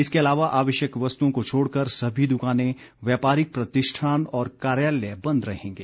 इसके अलावा आवश्यक वस्तुओं को छोड़ कर सभी दुकानें व्यापारिक प्रतिष्ठान और कार्यालय बंद रहेंगे